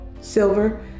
Silver